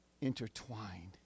intertwined